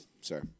sir